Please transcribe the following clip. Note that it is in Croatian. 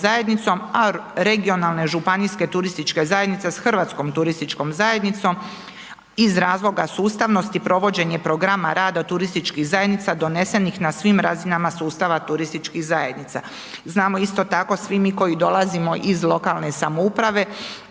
a regionalne županijske turističke zajednice s Hrvatskom turističkom zajednicom iz razloga sustavnosti provođenja programa rada turističkih zajednica donesenih na svim razinama sustava turističkih zajednica. Znamo isto tako svi mi koji dolazimo iz lokalne samouprave